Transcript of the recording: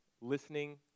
listening